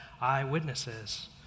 eyewitnesses